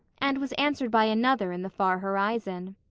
and was answered by another in the far horizon.